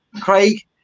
craig